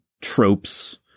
tropes